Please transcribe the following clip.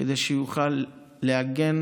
כדי שיוכל להגן